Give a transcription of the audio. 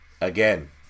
Again